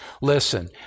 Listen